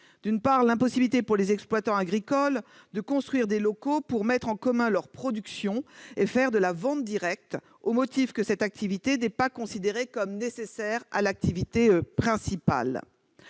D'une part, il est impossible, pour les exploitants agricoles, de construire des locaux pour mettre en commun leurs productions et faire de la vente directe, au motif que cette activité n'est pas considérée comme « nécessaire » à l'activité principale